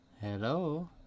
Hello